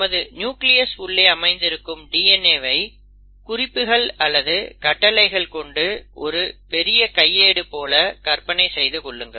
நமது நியூக்ளியஸ் உள்ளே அமைந்திருக்கும் DNA வை குறிப்புகள் அல்லது கட்டளைகள் கொண்ட ஒரு பெரிய கையேடு போல கற்பனை செய்து கொள்ளுங்கள்